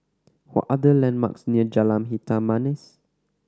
what are the landmarks near Jalan Hitam Manis